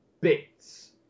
bits